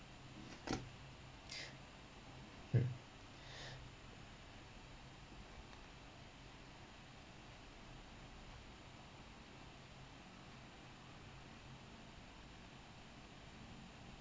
um